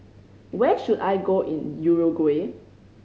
where should I go in Uruguay